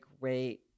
great